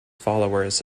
followers